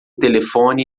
telefone